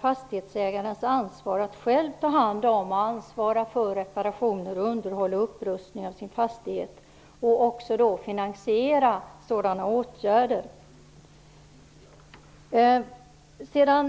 fastighetsägarnas ansvar för att själva ta hand om och ansvara för reparationer, underhåll och upprustning av sina fastigheter och också finansiera sådana åtgärder.